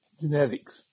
Genetics